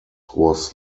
was